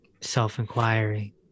self-inquiry